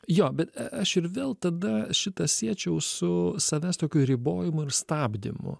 jo bet aš ir vėl tada šitą siečiau su savęs tokiu ribojimu ir stabdymu